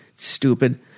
stupid